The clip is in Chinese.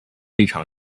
立场